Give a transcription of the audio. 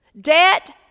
Debt